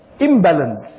imbalance